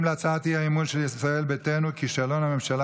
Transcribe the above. להצעת האי-אמון של ישראל ביתנו: כישלון הממשלה